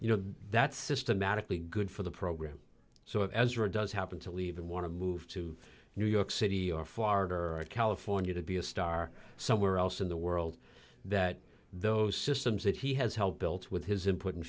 you know that's systematically good for the program so as road does happen to leave and want to move to new york city or florida or california to be a star somewhere else in the world that those systems that he has helped built with his input and